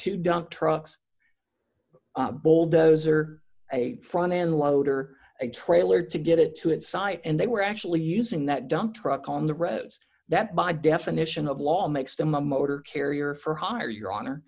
to dump trucks bulldozer a front end loader a trailer to get it to its site and they were actually using that dump truck on the roads that by definition of law makes them a motor carrier for hire your honor